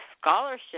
scholarship